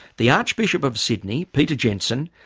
the archbishop of sydney, peter jensen,